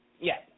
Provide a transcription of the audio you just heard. Yes